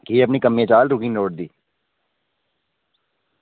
केह् अपने कम्में दी चाल त्रुट्टनी निं लोड़दी